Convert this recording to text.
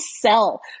sell